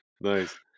Nice